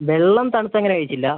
വെള്ളം തണുത്തത് അങ്ങനെ കഴിച്ചില്ല